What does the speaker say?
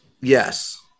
Yes